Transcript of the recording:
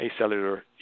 acellular